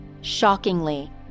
Shockingly